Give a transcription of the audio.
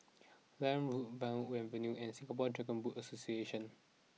Liane Road Yarwood Avenue and Singapore Dragon Boat Association